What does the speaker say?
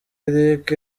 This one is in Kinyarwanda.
eric